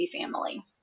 family